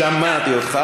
שמעתי אותך,